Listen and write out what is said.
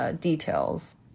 details